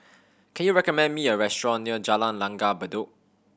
can you recommend me a restaurant near Jalan Langgar Bedok